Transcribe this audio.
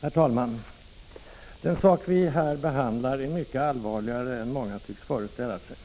Herr talman! Den sak vi här behandlar är mycket allvarligare än många tycks föreställa sig.